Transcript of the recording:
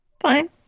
Fine